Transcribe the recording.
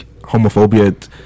homophobia